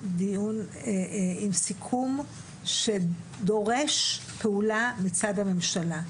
דיון עם סיכום שדורש פעולה מצד הממשלה.